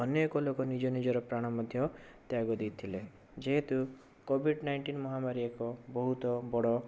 ଅନ୍ୟ ଏକ ଲୋକ ନିଜ ନିଜର ପ୍ରାଣ ମଧ୍ୟ ତ୍ୟାଗ ଦେଇଥିଲେ ଯେହେତୁ କୋଭିଡ଼ ନାଇଁଣ୍ଟିନ ମହାମାରୀ ଏକ ବହୁତ ବଡ଼